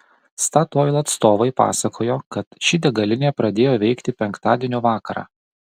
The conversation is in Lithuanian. statoil atstovai pasakojo kad ši degalinė pradėjo veikti penktadienio vakarą